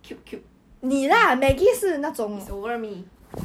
cute cute he's over me